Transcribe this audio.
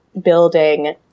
building